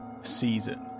season